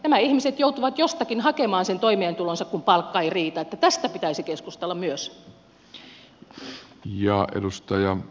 nämä ihmiset joutuvat jostakin hakemaan sen toimeentulonsa kun palkka ei riitä ja tästä pitäisi keskustella myös